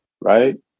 right